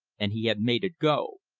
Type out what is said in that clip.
and he had made it go.